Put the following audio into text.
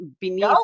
beneath